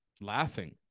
laughing